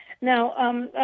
Now